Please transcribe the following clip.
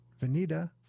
Vanita